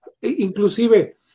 Inclusive